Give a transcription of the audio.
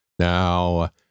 Now